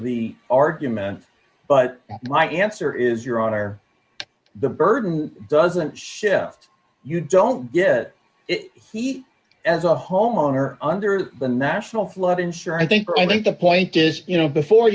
the argument but my answer is your honor the burden doesn't shift you don't get it he as a homeowner under the national flood insurance think or i think the point is you know before